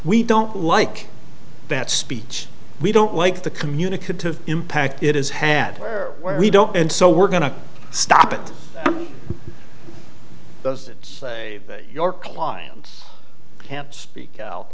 we don't like that speech we don't like the communicative impact it has had where we don't and so we're going to stop it does it your client can't speak out